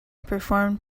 performed